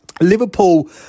Liverpool